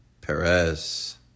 Perez